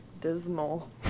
dismal